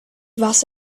was